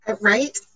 Right